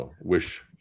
wish